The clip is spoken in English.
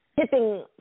tipping